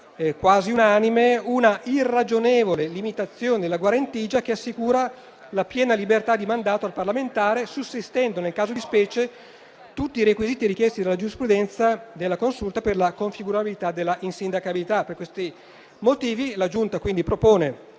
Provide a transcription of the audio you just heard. quasi unanime - una irragionevole limitazione della guarentigia che assicura la piena libertà di mandato al parlamentare, sussistendo nel caso di specie tutti i requisiti richiesti dalla giurisprudenza della Consulta per la configurabilità della insindacabilità. Per questi motivi la Giunta delle